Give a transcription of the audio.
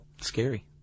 Scary